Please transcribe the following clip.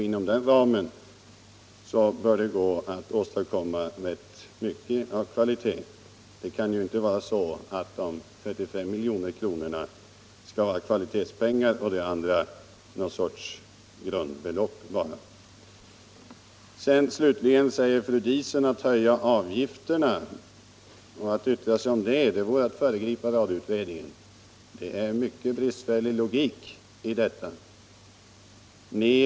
Inom den ramen bör det gå att åstadkomma mycket av kvalitet. Det kan ju inte vara så att dessa 35 milj.kr. skall vara kvalitetspengar och de andra pengarna något slags grundbelopp. Att yttra sig om höjda avgifter, säger fru Diesen, vore att föregripa radioutredningen. Det är en mycket bristfällig logik i det resonemanget.